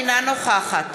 אינה נוכחת